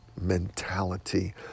mentality